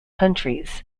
countries